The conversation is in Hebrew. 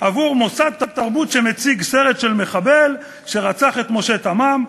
עבור מוסד תרבות שמציג סרט של מחבל שרצח את משה תמם?